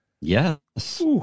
Yes